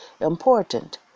important